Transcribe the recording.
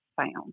found